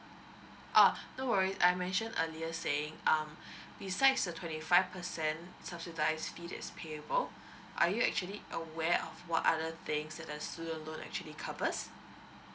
uh no worry I mention earlier saying um besides the twenty five percent subsidised fee that's payable are you actually aware of what other things that the student loan actually covers